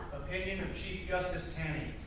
opinion of chief justice tammy,